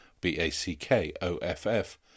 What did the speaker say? B-A-C-K-O-F-F